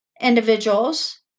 individuals